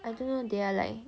I don't know they are like